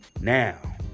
Now